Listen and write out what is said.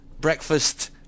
breakfast